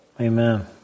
Amen